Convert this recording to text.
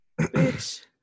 Bitch